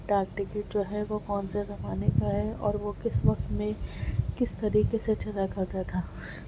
ڈاک ٹکٹ جو ہے وہ کون سے زمانے کا ہے اور وہ کس وقت میں کس طریقے سے چلا کرتا تھا